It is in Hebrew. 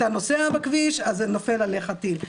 אתה נוסע בכביש, נופל עליך טיל.